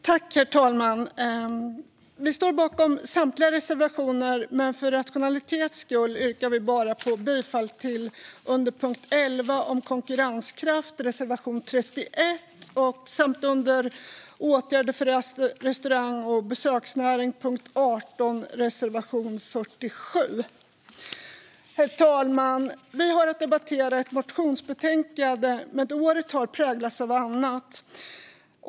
Herr talman! Vi står bakom samtliga reservationer, men för rationalitetens skull yrkar vi bifall endast till reservation 31 under punkt 11, om konkurrenskraft, samt till reservation 47 under punkt 18, om åtgärder för restaurang och besöksnäring. Herr talman! Vi har att debattera ett motionsbetänkande, men året har präglats av annat.